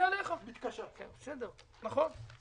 והציבור מרגיש את זה בכיס שלו ובמכולת שלו